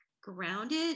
grounded